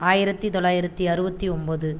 ஆயிரத்தி தொள்ளாயிரத்தி அறுபத்தி ஒன்போது